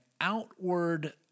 outward